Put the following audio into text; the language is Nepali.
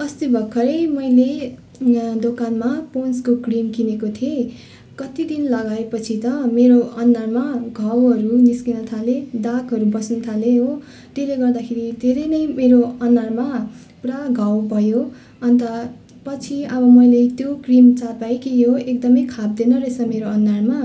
अस्ति भर्खरै मैले यहाँ दोकानमा पोन्ड्सको क्रिम किनेको थिएँ कति दिन लगाए पछि त मेरो अनुहारमा घाउहरू निस्कन थाले दागहरू बस्नु थाले हो त्यसले गर्दाखेरि धेरै नै मेरो अनुहारमा पुरा घाउ भयो अन्त पछि अब मैले त्यो क्रिम चाल पाएँ कि यो एकदम फाप्दैन रहेछ मेरो अनुहारमा